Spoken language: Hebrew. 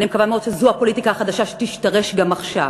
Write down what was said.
אני מקווה מאוד שזו הפוליטיקה החדשה שגם תשתרש עכשיו.